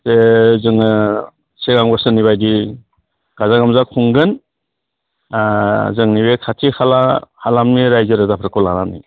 जे जोङो सिगां बोसोरनि बायदियै गाजा गोमजा खुंगोन जोंनि बे खाथि खाला हालामनि रायजो राजाफोरखौ लानानै